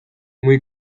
muy